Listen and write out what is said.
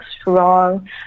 strong